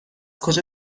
کجا